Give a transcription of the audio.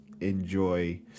enjoy